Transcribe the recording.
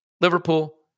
Liverpool